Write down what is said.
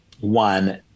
one